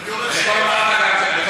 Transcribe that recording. בשורה התחתונה אני אומר,